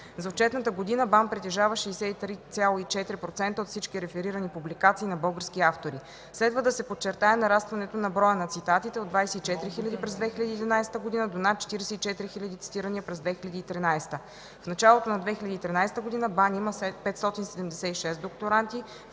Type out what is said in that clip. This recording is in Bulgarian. За отчетната година БАН притежава 63,4 % от всички реферирани публикации на български автори. Следва да се подчертае нарастването на броя на цитатите - от 24 хиляди през 2011 г. до над 44 хиляди цитирания през 2013 г. В началото на 2013 г. БАН има 576 докторанти;